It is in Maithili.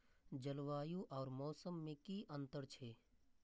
जलवायु और मौसम में कि अंतर छै?